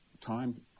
time